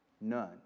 None